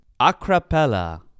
Acrapella